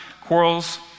quarrels